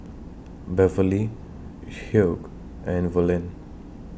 Beverlee Hugh and Verlyn